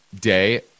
day